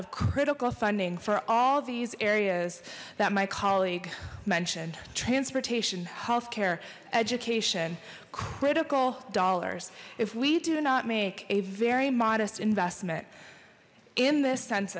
of critical funding for all these areas that my colleague mentioned transportation healthcare education critical dollars if we do not make a very modest investment in this cens